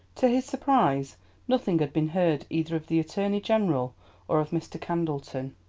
to his surprise nothing had been heard either of the attorney-general or of mr. candleton.